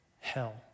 hell